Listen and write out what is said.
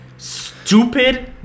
stupid